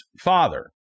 father